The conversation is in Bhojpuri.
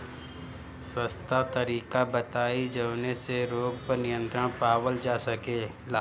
सस्ता तरीका बताई जवने से रोग पर नियंत्रण पावल जा सकेला?